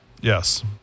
yes